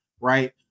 right